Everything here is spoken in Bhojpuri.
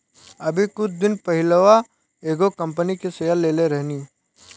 अभी कुछ दिन पहिलवा एगो कंपनी के शेयर लेले रहनी